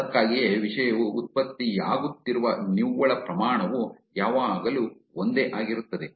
ಅದಕ್ಕಾಗಿಯೇ ವಿಷಯವು ಉತ್ಪತ್ತಿಯಾಗುತ್ತಿರುವ ನಿವ್ವಳ ಪ್ರಮಾಣವು ಯಾವಾಗಲೂ ಒಂದೇ ಆಗಿರುತ್ತದೆ